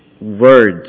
words